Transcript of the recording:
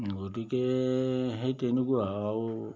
গতিকে সেই তেনেকুৱা আৰু